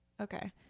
Okay